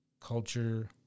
Culture